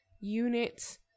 unit